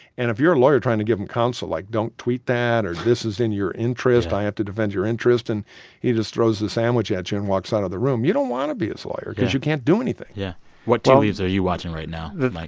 and if you're a lawyer trying to give him counsel, like, don't tweet that, or this is in your interest, i have to defend your interest, and he just throws a sandwich at you and walks out of the room, you don't want to be his lawyer because you can't do anything yeah what tea leaves are you watching right now, mike?